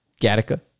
Gattaca